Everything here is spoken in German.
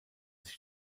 sich